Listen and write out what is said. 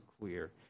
clear